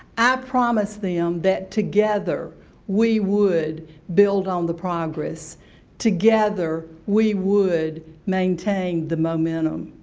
i promised them, that together we would build on the progress together we would maintain the momentum.